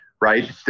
right